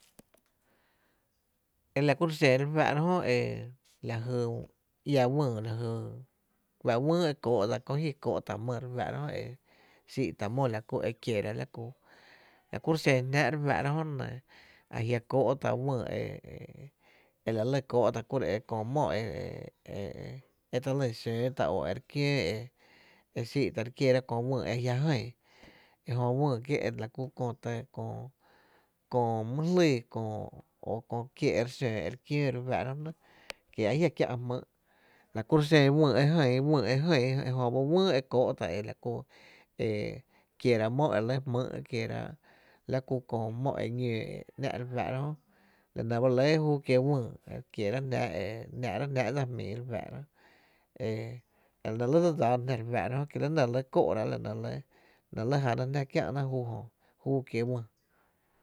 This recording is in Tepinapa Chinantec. E la kuro’ xen re fáá’ra jö e la jy e iä wÿy la jy wÿý e kóó’ dsa kó ji kóó’ tá’ my re fáá’ra jö nɇ xii’ tá’ mó la ku ekiera la ku, la kuro’ xen jnáá’ re fáá’ra jö a jia’ kóó’ tá’ wÿÿ e la lɇ kóó’ ta’ la kuro’ köö mó e e ta lyn xóó tá’ e re kiöö e xii’ tá’ e re kiera köö wÿÿ e jia’ jïí e jö wÿÿ kiee’ la kuro’ köö my jlii köö o köö kié e re xóoó re fáá’ra jö nɇ ki a jia’ kiä’ jmýy’ la kuro’ xen wÿÿ e jïï, e jïi ejö ba wÿÿ e kóó’ tá’ ela ku e kieera mó e re lɇ jmýy’ la ku köö mó e ñoo e ‘nⱥ’ re fáá’ra jö e wÿÿ e kierá’ jnáá’ e náá’rá’ jnáá’ dsa jmii re fá’ra jö e la nɇ re lɇ dse dsaana jná re fáá’ra jö ki la nɇ re lɇ kóó’ráá’ la nɇ jana jná kiä’na júu kiee’ wÿÿ.